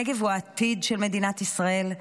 הנגב הוא העתיד של מדינת ישראל.